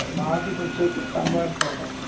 మా ఆఫీస్ వచ్చి కన్వారి తోట